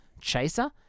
Chaser